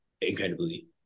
incredibly